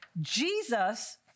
Jesus